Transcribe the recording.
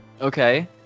okay